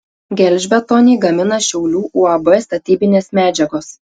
gelžbetonį gamina šiaulių uab statybinės medžiagos